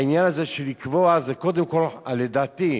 העניין הזה של לקבוע, זה קודם כול, לדעתי,